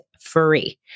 free